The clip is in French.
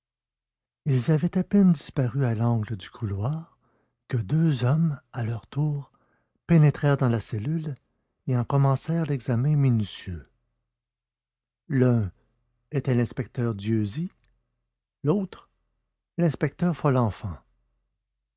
ils avaient à peine disparu à l'angle du couloir que deux hommes à leur tour pénétrèrent dans la cellule et en commencèrent l'examen minutieux l'un était l'inspecteur dieuzy l'autre l'inspecteur folenfant